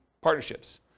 partnerships